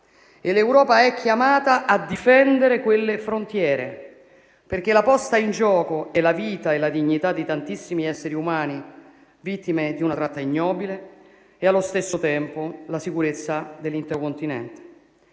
l'Europa è chiamata a difendere quelle frontiere, perché la posta in gioco sono la vita e la dignità di tantissimi esseri umani, vittime di una tratta ignobile, e allo stesso tempo la sicurezza dell'intero continente.